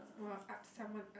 !wah! up someone ah